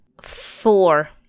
Four